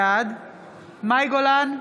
בעד מאי גולן,